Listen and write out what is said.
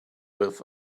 with